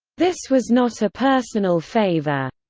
this was not a personal favor.